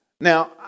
Now